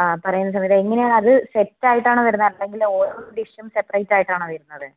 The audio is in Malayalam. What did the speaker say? ആ പറയുന്നത് വരെ എങ്ങനെയാണ് അത് സെറ്റ് ആയിട്ടാണോ വരുന്നത് അല്ലെങ്കിൽ ഓരോ ഡിഷും സെപ്പറേറ്റ് ആയിട്ടാണോ വരുന്നത്